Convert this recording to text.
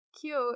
cute